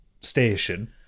station